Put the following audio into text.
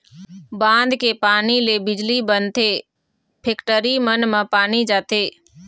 बांध के पानी ले बिजली बनथे, फेकटरी मन म पानी जाथे